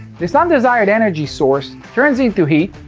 this undesired energy source turns into heat,